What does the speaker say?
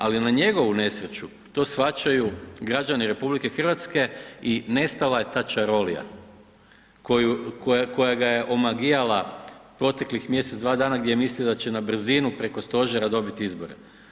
Ali na njegovu nesreću, to shvaćaju građani RH i nestala je ta čarolija koja ga je omagijala proteklih mjesec, dva dana gdje je mislio da će na brzinu preko Stožera dobiti izbore.